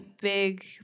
big